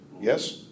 Yes